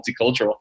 multicultural